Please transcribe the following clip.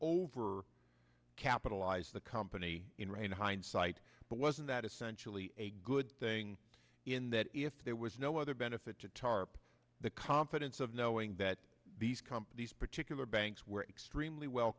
over capitalize the company in rain hindsight but wasn't that essentially a good thing in that if there was no other benefit to tarp the confidence of knowing that these companies particular banks were extremely well